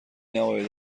نباید